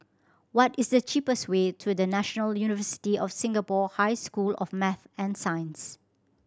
what is the cheapest way to The National University of Singapore High School of Math and Science